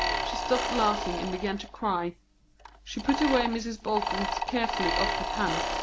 she stopped laughing and began to cry she put away mrs. bolton's carefully offered hand,